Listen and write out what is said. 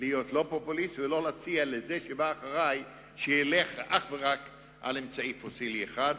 להיות פופוליסט ולא להציע לבא אחרי שילך אך ורק על אמצעי פוסילי אחד,